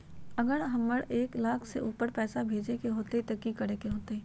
अगर हमरा एक लाख से ऊपर पैसा भेजे के होतई त की करेके होतय?